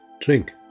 drink